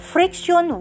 Friction